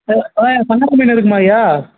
ஆ ஆ சங்கரா மீன் இருக்குமா ஐயா